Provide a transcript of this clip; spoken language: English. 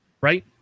right